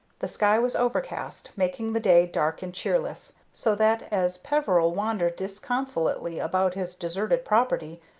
the sky was overcast, making the day dark and cheerless, so that, as peveril wandered disconsolately about his deserted property,